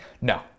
No